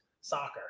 soccer